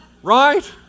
Right